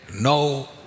no